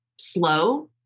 slow